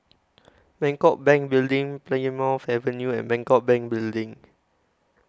Bangkok Bank Building Plymouth Avenue and Bangkok Bank Building